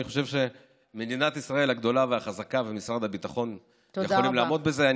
אני חושב שמדינת ישראל הגדולה והחזקה ומשרד הביטחון יכולים לעמוד בזה.